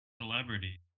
Celebrity